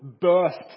burst